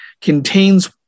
contains